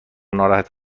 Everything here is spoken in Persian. ناراحت